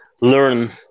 learn